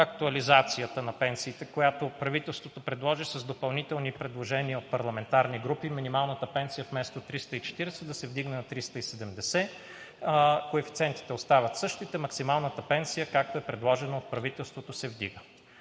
актуализацията на пенсиите, която правителството предложи – допълнителни предложения от парламентарните групи за минималната пенсия вместо 340 да се вдигне на 370 лв. Коефициентите остават същите, а максималната пенсия, както е предложена от правителството, се вдига.